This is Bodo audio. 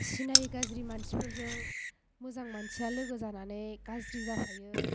सिनायै गाज्रि मानसिफोरजों मोजां मानसिया लोगो जानानै गाज्रि जाफायो